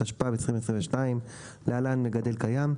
התשפ"ב-2022 (להלן מגדל קיים),